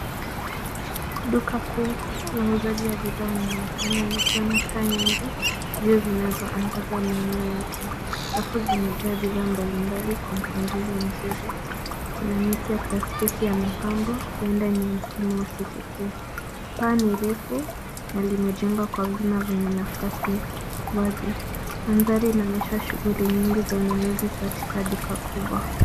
Duka kuu wauzaji wa bidhaa wanaonekana likiwemo taa nyingi juu zinazoangaza maeneo yote. Rafu zimejaa bidhaa mbalimbali wa mpangilio mzuri. Kuna miti ya plastiki ya mapambo huenda ni msimu wa Sikukuu. Paa ni refu na limejengwa kwa vyuma vyenye nafasi wazi. Mandhari inaonyesha shughuli nyingi za ununuzi katika duka kubwa.